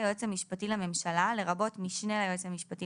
"היועץ המשפטי לממשלה" לרבות משנה ליועץ המשפטי